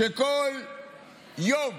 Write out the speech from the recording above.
כל יום